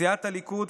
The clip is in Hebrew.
סיעת הליכוד,